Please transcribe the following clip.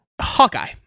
Hawkeye